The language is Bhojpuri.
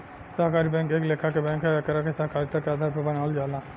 सहकारी बैंक एक लेखा के बैंक ह एकरा के सहकारिता के आधार पर बनावल जाला